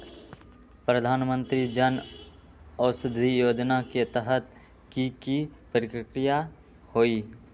प्रधानमंत्री जन औषधि योजना के तहत की की प्रक्रिया होई?